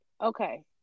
okay